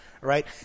right